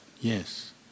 yes